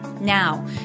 Now